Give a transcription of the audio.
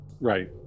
Right